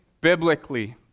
biblically